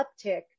uptick